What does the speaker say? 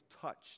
touched